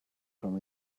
from